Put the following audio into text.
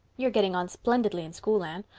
you are getting on splendidly in school, anne.